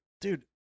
dude